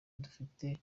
dufite